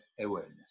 awareness